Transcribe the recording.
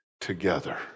together